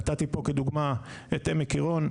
נתתי פה כדוגמה את עמק עירון,